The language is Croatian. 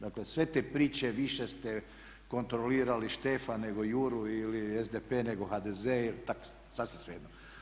Dakle, sve te priče više ste kontrolirali Štefa nego Juru ili SDP nego HDZ, sasvim svejedno.